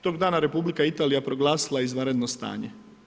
Tog dana Republika Italija proglasila je izvanredno stanje.